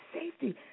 safety